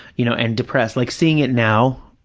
you know, and depressed. like seeing it now,